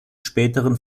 späteren